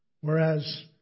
Whereas